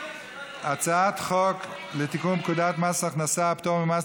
הצעת חוק לתיקון פקודת מס הכנסה (פטור ממס